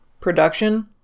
production